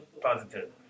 Positive